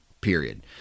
period